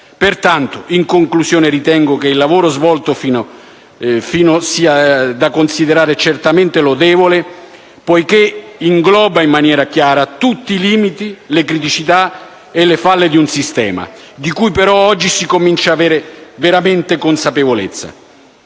Pertanto, in conclusione, ritengo che il lavoro svolto finora sia da considerare certamente lodevole poiché ingloba in maniera chiara tutti i limiti, le criticità e le falle di un sistema, di cui però oggi si comincia ad essere veramente consapevoli.